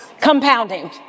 Compounding